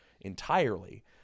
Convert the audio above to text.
entirely